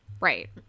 right